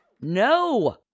No